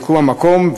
ביקרו במקום,